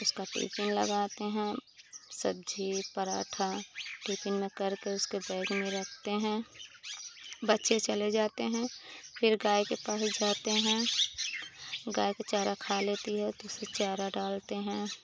उसका टिफ़िन लगाते हैं सब्ज़ी पराठा टिफ़िन में करके उसके बैग में रखते हैं बच्चे चले जाते हैं फिर गाय के पास जाते हैं गाय के चारा खा लेती है तो उसे चारा डालते हैं